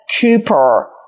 Cooper